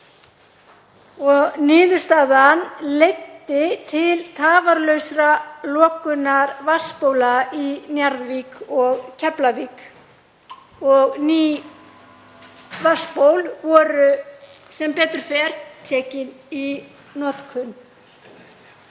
Niðurstaðan leiddi til tafarlausrar lokunar vatnsbóla í Njarðvík og í Keflavík. Ný vatnsból voru sem betur fer tekin í notkun.